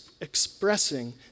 expressing